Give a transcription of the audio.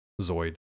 Zoid